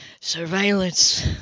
Surveillance